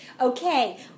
Okay